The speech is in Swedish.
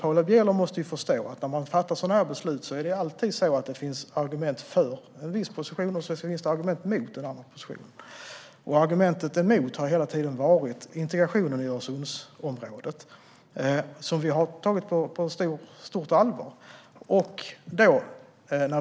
Paula Bieler måste förstå att när man fattar sådana här beslut finns det alltid argument för en viss position liksom argument emot. Argumentet emot har hela tiden varit integrationen i Öresundsområdet, som vi har tagit på stort allvar.